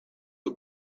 the